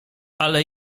ale